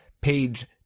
page